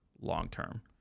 long-term